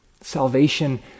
Salvation